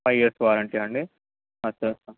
five years వారంటీయా అండి అచ్చ అచ్చ